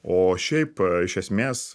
o šiaip iš esmės